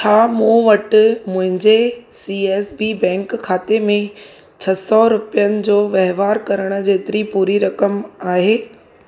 छा मूं वटि मुंहिंजे सी एस बी बैंक खाते में छह सौ रुपयनि जो वहिंवार करण जेतिरी पूरी रक़म आहे